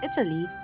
Italy